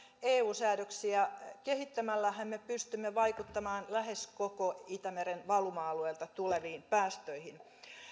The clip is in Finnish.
eu säädöksiä kehittämällähän me pystymme vaikuttamaan lähes koko itämeren valuma alueilta tuleviin päästöihin